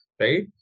right